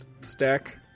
stack